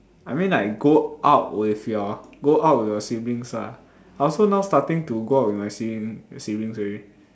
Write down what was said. I mean like go out with your go out with your siblings lah I also now starting to go out with my siblings siblings already